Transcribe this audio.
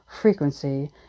frequency